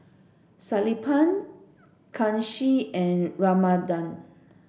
Sellapan Kanshi and Ramanand